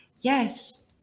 Yes